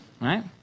Right